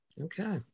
Okay